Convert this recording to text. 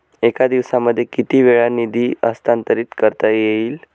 एका दिवसामध्ये किती वेळा निधी हस्तांतरीत करता येईल?